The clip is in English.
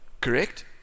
Correct